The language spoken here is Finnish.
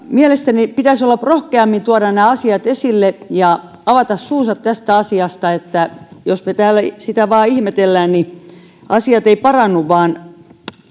mielestäni pitäisi rohkeammin tuoda nämä asiat esille ja avata suunsa tästä asiasta jos me täällä sitä vain ihmettelemme niin asiat eivät parane vaan jos